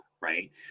right